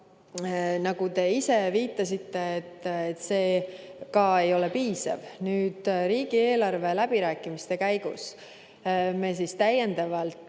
Nagu te ise viitasite, see ka ei ole piisav. Nüüd, riigieelarve läbirääkimiste käigus me täiendavalt